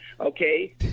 okay